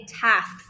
tasks